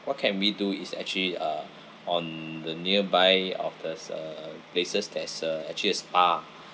what can we do is actually uh on the nearby of these uh places there's uh actually a spa